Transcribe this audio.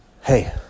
hey